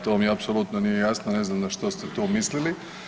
To mi apsolutno nije jasno, ne znam na što ste to mislili.